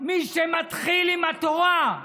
מי שמתחיל עם התורה,